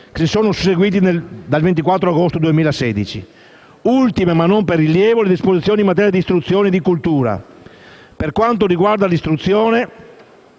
che si sono susseguiti dal 24 agosto 2016. Ultime, ma non per rilievo, si segnalano le disposizioni in materia di istruzione e di cultura. Per quanto riguarda l'istruzione,